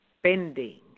spending